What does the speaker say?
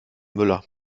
müller